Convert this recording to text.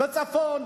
בצפון,